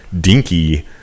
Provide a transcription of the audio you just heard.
dinky